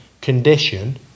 condition